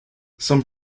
some